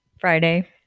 Friday